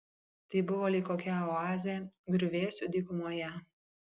tai buvo lyg kokia oazė griuvėsių dykumoje